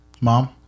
Mom